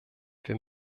wir